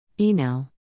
Email